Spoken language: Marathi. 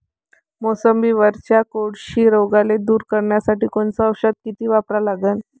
मोसंबीवरच्या कोळशी रोगाले दूर करासाठी कोनचं औषध किती वापरा लागन?